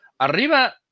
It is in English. Arriba